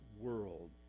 world